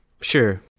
Sure